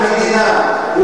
החברה, על חשבון המדינה.